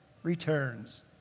returns